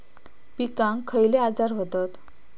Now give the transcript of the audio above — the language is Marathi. पिकांक खयले आजार व्हतत?